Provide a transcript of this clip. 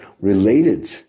related